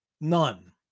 None